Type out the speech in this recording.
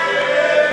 נגד הגזל,